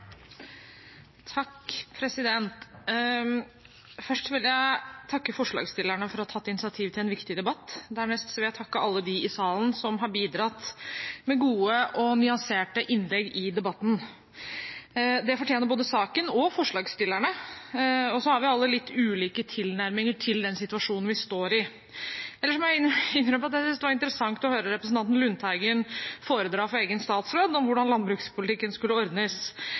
Først vil jeg takke forslagsstillerne for å ha tatt initiativ til en viktig debatt. Dernest vil jeg takke alle dem i salen som har bidratt med gode og nyanserte innlegg i debatten. Det fortjener både saken og forslagsstillerne, og så har vi alle litt ulike tilnærminger til den situasjonen vi står i. Ellers må jeg innrømme at jeg synes det var interessant å høre representanten Lundteigen foredra for egen statsråd om hvordan landbrukspolitikken skulle ordnes.